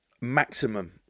maximum